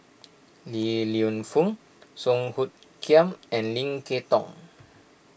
Li Lienfung Song Hoot Kiam and Lim Kay Tong